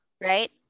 right